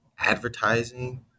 advertising